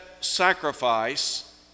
sacrifice